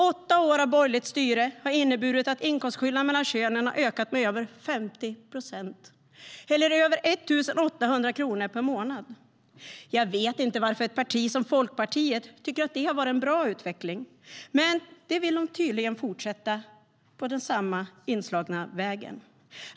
Åtta år av borgerligt styre har inneburit att inkomstskillnaderna mellan könen har ökat med över 50 procent eller över 1 800 kronor per månad. Jag vet inte varför ett parti som Folkpartiet tycker att det har varit en bra utveckling. Men de vill tydligen fortsätta på den inslagna vägen.